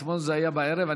זה היה אתמול בערב.